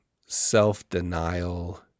self-denial